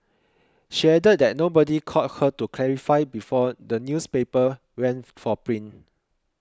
she added that nobody called her to clarify before the newspaper went for print